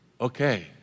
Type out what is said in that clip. okay